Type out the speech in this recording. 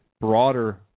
broader